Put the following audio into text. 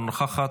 אינה נוכחת,